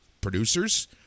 producers